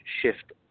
shift